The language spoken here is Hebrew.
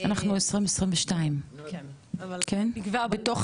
אנחנו ב- 2022, כן, בתוך